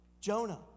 Jonah